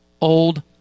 old